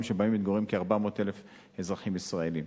שבהם מתגוררים כ-400,000 אזרחים ישראלים.